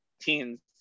Teens